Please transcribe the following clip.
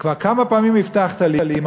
כבר כמה פעמים הבטחת לי,